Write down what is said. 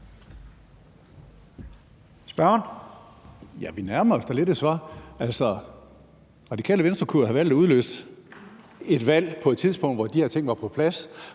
Hønge (SF): Vi nærmer os da lidt et svar. Altså, Radikale Venstre kunne jo have valgt at udløse et valg på et tidspunkt, hvor de her ting var på plads.